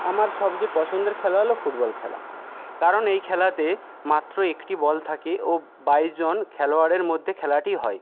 আমার সবচেয়ে পছন্দের খেলা হল ফুটবল খেলা কারণ এই খেলাতে মাত্র একটি বল থাকে ও বাইশ জন খেলোয়ারের মধ্যে খেলাটি হয়